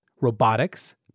robotics